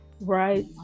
Right